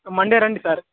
Monday రండి sir